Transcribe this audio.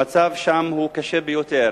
המצב שם קשה ביותר.